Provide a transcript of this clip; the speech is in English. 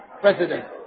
president